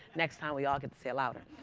next time we all get to say it louder.